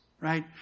right